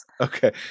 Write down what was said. Okay